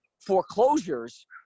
foreclosures